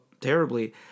terribly